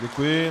Děkuji.